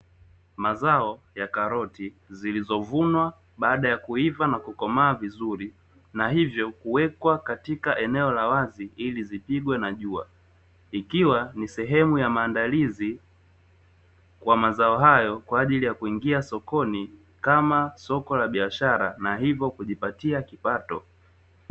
Mazao ya karoti zilizovunwa baada ya kuiva na kukomaa vizuri na hivyo kuwekwa katika eneo la wazi ili zipigwe na jua, ikiwa ni sehemu ya maandalizi kwa mazao hayo kwa ajili ya kuingia sokoni kama soko la biashara na hivyo kujipatia kipato.